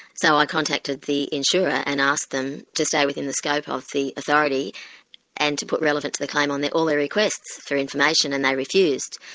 so i contacted the insurer and asked them to stay within the scope of the authority and to put relevant to the claim on all their requests for information, and they refused.